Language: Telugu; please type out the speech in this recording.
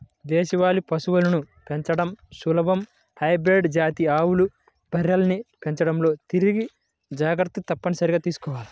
దేశవాళీ పశువులను పెంచడం సులభం, హైబ్రిడ్ జాతి ఆవులు, బర్రెల్ని పెంచడంలో తగిన జాగర్తలు తప్పనిసరిగా తీసుకోవాల